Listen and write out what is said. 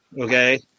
okay